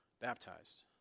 baptized